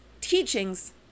teachings